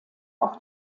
auch